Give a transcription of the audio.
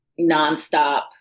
nonstop